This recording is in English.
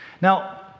Now